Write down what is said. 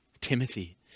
Timothy